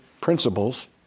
principles